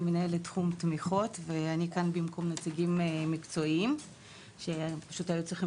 אני מנהלת תחום תמיכות ואני כאן במקום נציגים מקצועיים שהיו צריכים